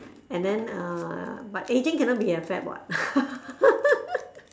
and then uh but ageing cannot be a fad what